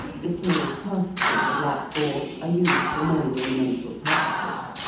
the small tusks of the black boar are used for many ornamental purposes.